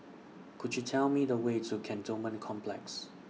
Could YOU Tell Me The Way to Cantonment Complex